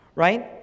right